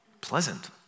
pleasant